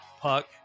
Puck